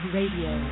Radio